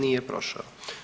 Nije prošao.